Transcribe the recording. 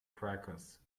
crackers